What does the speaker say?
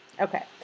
Okay